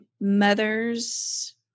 mother's